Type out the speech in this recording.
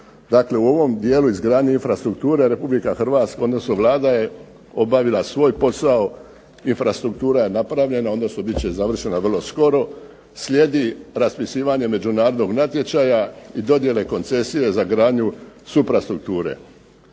Dakle, u ovom dijelu izgradnje infrastrukture Republika Hrvatska odnosno Vlada je obavila svoj posao, infrastruktura je napravljena odnosno bit će završena vrlo skoro. Slijedi raspisivanje međunarodnog natječaja i dodjele koncesije za gradnju suprastrukture.